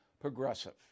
progressive